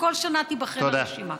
שכל שנה תיבחר הרשימה.